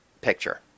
picture